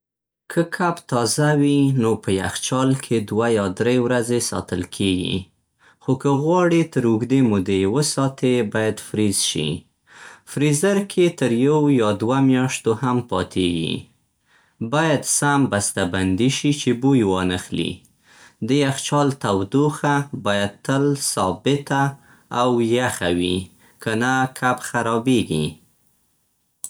که کب تازه وي، نو په یخچال کې دوه یا درې ورځې ساتل کېږي. خو که غواړې تر اوږدې مودې يې وساتې، باید فریز شي. فریزر کې تر یو یا دوه میاشتو هم پاتیږي. باید سم بسته بندي شي، چې بوی وانخلي. د یخچال تودوخه باید تل ثابته او یخه وي کنه کب خرابېږي.